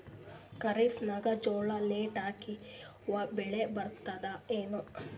ಖರೀಫ್ ನಾಗ ಜೋಳ ಲೇಟ್ ಹಾಕಿವ ಬೆಳೆ ಬರತದ ಏನು?